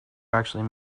actually